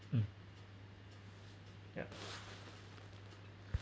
mm yeah